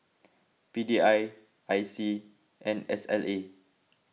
P D I I C and S L A